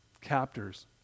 captors